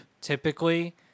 typically